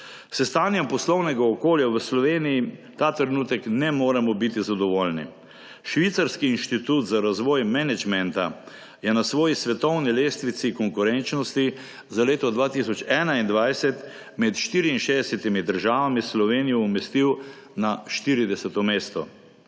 S stanjem poslovnega okolja v Sloveniji ta trenutek ne moremo biti zadovoljni. Švicarski inštitut za razvoj menedžmenta je na svoji svetovni lestvici konkurenčnosti za leto 2021 med 64. državami Slovenijo umestil na 40. mesto.